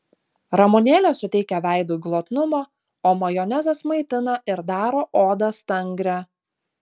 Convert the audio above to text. ramunėlės suteikia veidui glotnumo o majonezas maitina ir daro odą stangrią